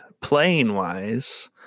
playing-wise